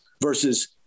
versus